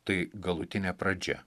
tai galutinė pradžia